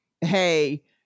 Hey